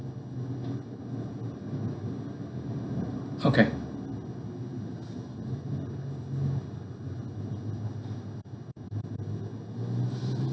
okay